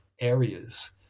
areas